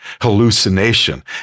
hallucination